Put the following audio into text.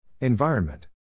Environment